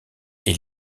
est